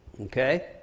okay